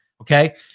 Okay